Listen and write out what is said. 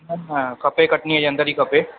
हा खपे कटनीअ जे अंदरि ही खपे